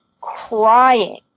crying